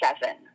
seven